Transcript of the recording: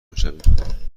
میشویم